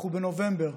אנחנו בנובמבר,